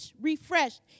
refreshed